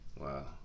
Wow